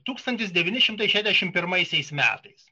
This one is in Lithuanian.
tūkstantis devyni šimtai šešiasdešimt pirmaisiais metais